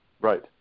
Right